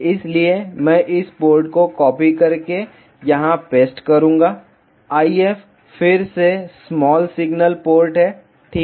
इसलिए मैं इस पोर्ट को कॉपी करके यहां पेस्ट करूंगा IF फिर से स्मॉल सिग्नल पोर्ट है ठीक है